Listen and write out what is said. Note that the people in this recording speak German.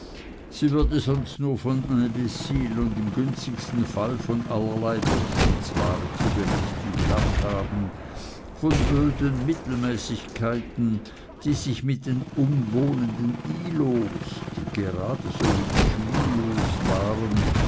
sie würde sonst nur von imbciles und im günstigsten fall von allerlei durchschnittsware zu berichten gehabt haben von öden mittelmäßigkeiten die sich mit den umwohnenden ihlows die geradeso wie die schwilows waren